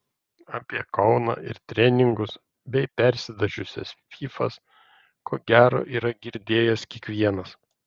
apie kauną ir treningus bei persidažiusias fyfas ko gero yra girdėjęs kiekvienas